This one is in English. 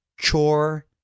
chore